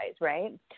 right